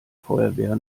feuerwehr